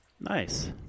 Nice